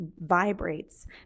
vibrates